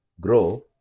grow